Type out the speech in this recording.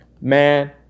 man